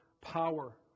power